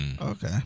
okay